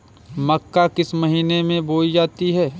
मक्का किस महीने में बोई जाती है?